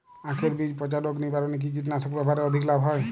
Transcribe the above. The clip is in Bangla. আঁখের বীজ পচা রোগ নিবারণে কি কীটনাশক ব্যবহারে অধিক লাভ হয়?